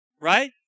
right